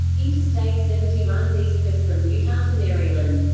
interstate seventy runs east-west from utah to maryland.